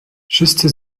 wszyscy